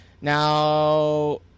Now